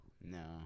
No